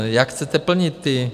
Jak chcete plnit ty...